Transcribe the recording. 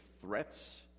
threats